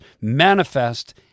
manifest